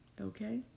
Okay